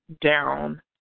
down